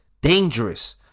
dangerous